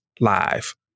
live